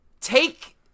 take